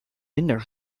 minder